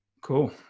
Cool